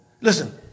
Listen